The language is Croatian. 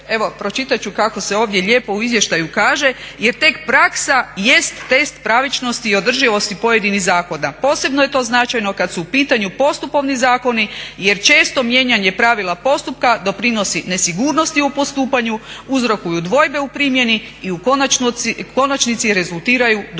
evo pročitati ću kako se ovdje lijepo u izvještaju kaže jer tek praksa jest test pravičnosti i održivosti pojedinih zakona. Posebno je to značajno kada su u pitanju postupovni zakoni jer često mijenjanje pravila postupka doprinosi nesigurnosti u postupanju, uzrokuju dvojbe u primjeni i u konačnici rezultiraju